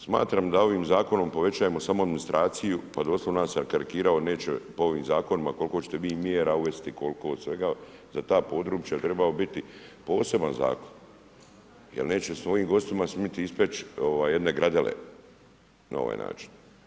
Smatram da ovim zakonom povećavamo samo administraciju, doslovno ja sam karikirao, neće po ovim zakonima, koliko ćete vi mjera uvesti, koliko svega. za ta područja trebao bi biti poseban zakon jer neće svojim gostima smjeti ispeći jedne gradele na ovaj način.